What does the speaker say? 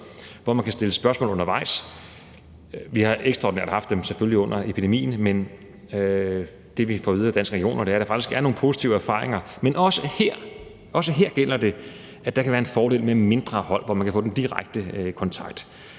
hvor man kan stille spørgsmål undervejs. Vi har selvfølgelig haft dem ekstraordinært under epidemien, og det, vi får at vide af Danske Regioner, er, at der faktisk er nogle positive erfaringer. Men også her gælder det, at det kan være en fordel med mindre hold, hvor man kan få den direkte kontakt.